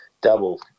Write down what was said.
double